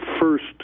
first